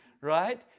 Right